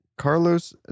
Carlos